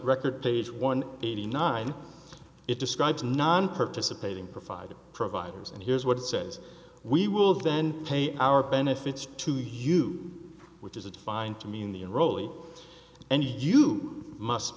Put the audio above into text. record page one eighty nine it describes nonparticipating provide providers and here's what it says we will then pay our benefits to you which is defined to mean the in rolly and you